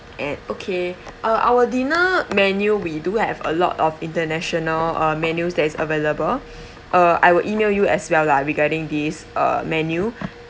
and okay uh our dinner menu we do have a lot of international uh menus that is available uh I will email you as well lah regarding this uh menu